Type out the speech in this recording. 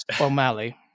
O'Malley